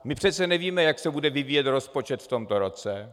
My přece nevíme, jak se bude vyvíjet rozpočet v tomto roce.